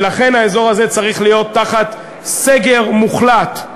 ולכן האזור הזה צריך להיות תחת סגר מוחלט.